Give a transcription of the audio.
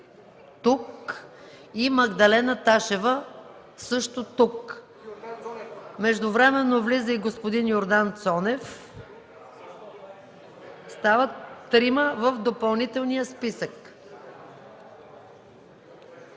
тук, и Магдалена Ташева – също тук. Междувременно влиза и господин Йордан Цонев. Стават трима в допълнителния списък.